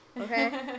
Okay